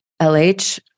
LH